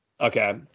Okay